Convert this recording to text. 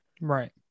Right